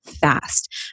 fast